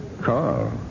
Carl